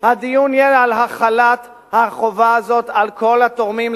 הדיון יהיה על החלת החובה על כל התורמים,